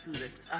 lips